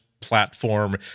platform